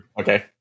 okay